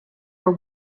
are